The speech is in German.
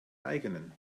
eigenen